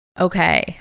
Okay